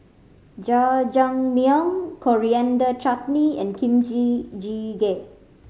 Jajangmyeon Coriander Chutney and Kimchi Jjigae